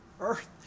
earth